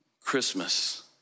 Christmas